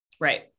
Right